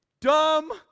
dumb